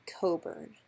Coburn